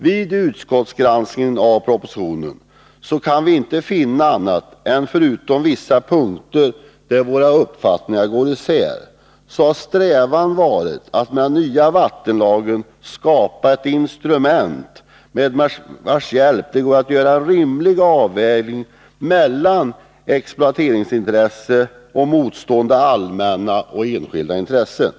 Vid utskottsgranskningen av propositionen har vår strävan varit — förutom på vissa punkter, där våra uppfattningar går isär — att med den nya vattenlagen skapa ett instrument med vars hjälp det går att göra en rimlig avvägning mellan exploateringsintressen och motstående allmänna och enskilda intressen.